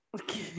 Okay